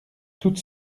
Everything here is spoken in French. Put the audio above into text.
toute